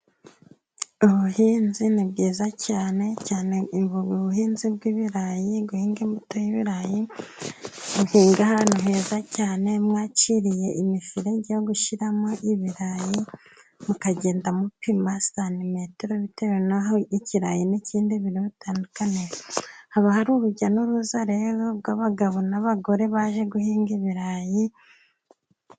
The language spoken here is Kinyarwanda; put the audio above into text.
Ubuhinzi ni bwiza cyane, cyane ubuhinzi bw'ibirayi. Guhinga imbuto y'ibirayi, muhinga ahantu heza cyane mwaciye imiferege yo gushyimo ibirayi, mukagenda mupima santimetero bitewe naho ikirayi n'ikindi biri butandukanire. Haba hari urujya n'uruza rero rw'abagabo n'abagore baje guhinga ibirayi.